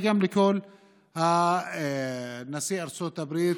וגם לנשיא ארצות הברית,